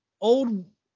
old